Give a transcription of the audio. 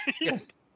Yes